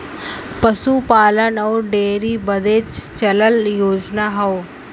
पसूपालन अउर डेअरी बदे चलल योजना हौ